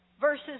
versus